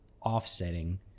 offsetting